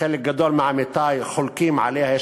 וחלק גדול מעמיתי חולקים עליה,